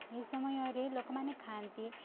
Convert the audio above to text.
ଏହି ସମୟରେ ଲୋକମାନେ ଖାଆନ୍ତି